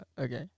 okay